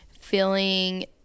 feeling